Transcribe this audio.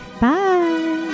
Bye